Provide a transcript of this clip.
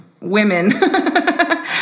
women